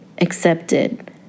accepted